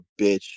bitch